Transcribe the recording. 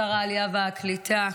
שר העלייה והקליטה,